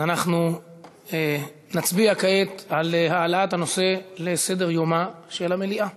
אז אנחנו נצביע כעת על העלאת הנושא לסדר-יומה של המליאה.